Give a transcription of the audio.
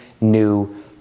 new